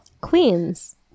Queens